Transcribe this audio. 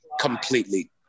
Completely